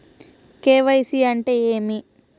KYC అంటే ఏమి?